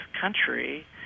country